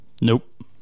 Nope